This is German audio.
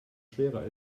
schwerer